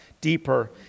deeper